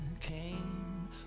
came